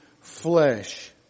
flesh